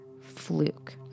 fluke